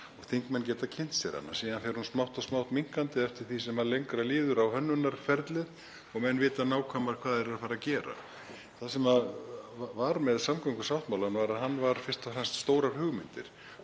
þingmenn geta kynnt sér hana. Síðan fer hún smátt og smátt minnkandi eftir því sem lengra líður á hönnunarferlið og menn vita nákvæmlega hvað þeir eru að fara að gera. Það sem var með samgöngusáttmálann var að hann var fyrst og fremst stórar hugmyndir.